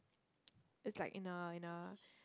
it's like in a in a